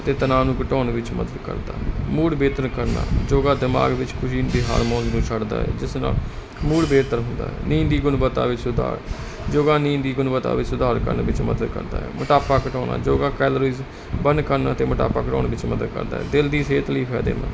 ਤੇ ਤਨਾਵ ਨੂੰ ਘਟਾਉਣ ਵਿੱਚ ਮਦਦ ਕਰਦਾ ਮੂਡ ਬਿਹਤਰ ਕਰਨਾ ਯੋਗਾ ਦਿਮਾਗ ਵਿਚ ਖੁਸੀ ਦੇ ਹਾਰਮੋਨਸ ਵੀ ਛਡਦਾ ਹੈ ਜਿਸ ਨਾਲ ਮੂਡ ਬਿਹਤਰ ਹੁੰਦਾ ਹੈ ਨੀਂਦ ਦੀ ਗੁਣਵਤਾ ਵਿਚ ਸੁਧਾਰ ਯੋਗਾ ਨੀਂਦ ਦੀ ਗੁਣਵਤਾ ਵਿਚ ਸੁਧਾਰ ਕਰਨ ਵਿਚ ਮਦਦ ਕਰਦਾ ਹੈ ਮੋਟਾਪਾ ਘਟਾਉਣਾ ਯੋਗਾ ਕੈਲਰੀਜ ਬਰਨ ਕਰਨ ਵਿਚ ਤੇ ਮੋਟਾਪਾ ਕਰਾਉਣ ਵਿੱਚ ਮਦਦ ਕਰਦਾ ਦਿਲ ਦੀ ਸੇਹਤ ਲਈ ਫਾਇਦੇਮੰਦ